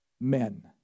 men